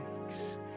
breaks